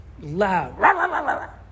loud